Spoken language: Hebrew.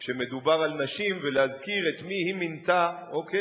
כשמדובר על נשים, ולהזכיר את מי היא מינתה, אוקיי?